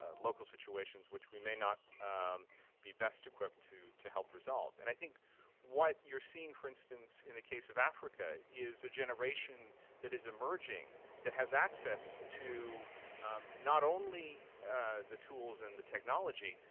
ah local situations which we may not be best equipped to to help resolve. and i think what you're seeing, for instance, in the case of africa, is a generation that is emerging that has access to not only the tools and the technology,